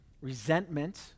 Resentment